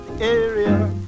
area